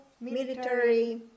military